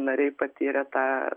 nariai patyrė tą